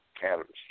cannabis